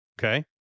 okay